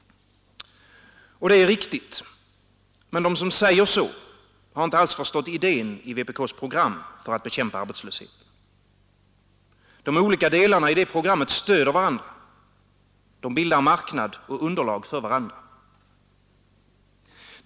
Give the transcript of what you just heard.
Det är riktigt, men de som säger så har inte alls förstått idén i vpk:s program för att bekämpa arbetslösheten. De olika delarna i det programmet stöder varandra. De bildar marknad och underlag för varandra.